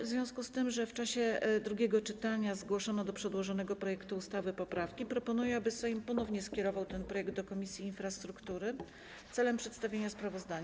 W związku z tym, że w czasie drugiego czytania zgłoszono do przedłożonego projektu ustawy poprawki, proponuję, aby Sejm ponownie skierował ten projekt do Komisji Infrastruktury celem przedstawienia sprawozdania.